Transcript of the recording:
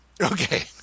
Okay